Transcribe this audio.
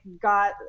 got